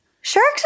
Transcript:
Sharks